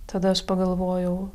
tada aš pagalvojau